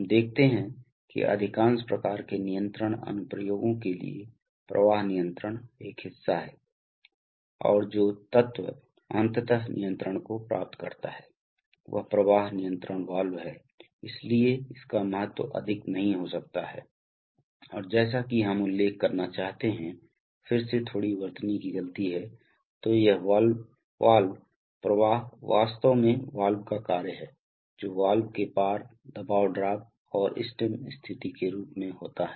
हम देखते हैं कि अधिकांश प्रकार के नियंत्रण अनुप्रयोगों के लिए प्रवाह नियंत्रण एक हिस्सा है और जो तत्व अंततः नियंत्रण को प्राप्त करता है वह प्रवाह नियंत्रण वाल्व है इसलिए इसका महत्व अधिक नहीं हो सकता है और जैसा कि हम उल्लेख करना चाहते हैं फिर से थोड़ी वर्तनी की गलती है तो यह वाल्व प्रवाह वास्तव में वाल्व का कार्य है जो वाल्व के पार दबाव ड्रॉप और स्टेम स्थिति के रूप में होता है